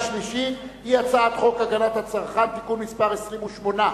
שלישית היא הצעת חוק הגנת הצרכן (תיקון מס' 28)